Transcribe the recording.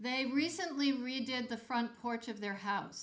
they recently redid the front porch of their house